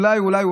אולי,